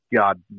god